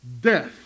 death